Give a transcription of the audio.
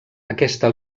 aquesta